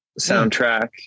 soundtrack